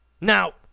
Now